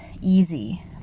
easy